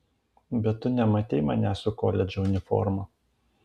bet tu nematei manęs su koledžo uniforma